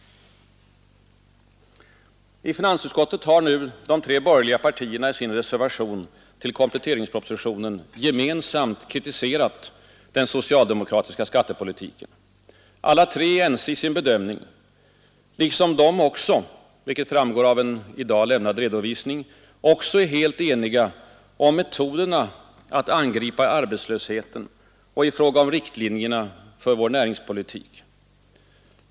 I finansutskottet har nu de tre borgerliga partierna i sin reservation till kompletteringspropositionen gemensamt kritiserat den socialdemokratiska skattepolitiken. Alla tre är ense i sin bedömning, liksom de — vilket framgår av en i dag lämnad redovisning — också är helt eniga om metoderna att angripa arbetslösheten och om riktlinjerna för näringspolitiken.